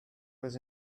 was